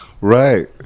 Right